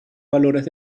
valores